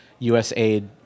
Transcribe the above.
USAID